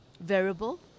variable